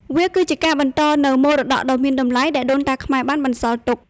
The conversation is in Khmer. វាគឺជាការបន្តនូវមរតកដ៏មានតម្លៃដែលដូនតាខ្មែរបានបន្សល់ទុក។